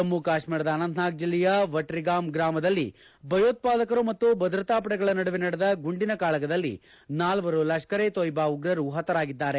ಜಮ್ಮ ಕಾಶ್ಮೀರದ ಅನಂತನಾಗ್ ಜಿಲ್ಲೆಯ ವಟ್ರಗಾಮ್ ಗ್ರಾಮದಲ್ಲಿ ಭಯೋತ್ವಾದಕರು ಮತ್ತು ಭದ್ರತಾಪಡೆಗಳ ನಡುವೆ ನಡೆದ ಗುಂಡಿನ ಕಾಳಗದಲ್ಲಿ ನಾಲ್ವರು ಲಷ್ಕರ್ ಎ ತೊಯ್ವಾ ಉಗ್ರರು ಪತರಾಗಿದ್ದಾರೆ